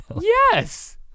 Yes